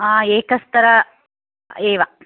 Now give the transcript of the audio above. एकस्तर एव